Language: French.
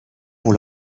pour